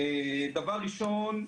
דבר ראשון,